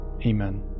Amen